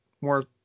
more